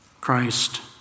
Christ